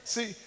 See